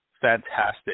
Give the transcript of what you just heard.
fantastic